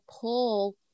pull